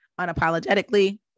unapologetically